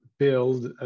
build